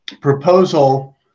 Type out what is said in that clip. proposal